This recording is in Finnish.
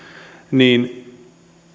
niin